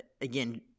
Again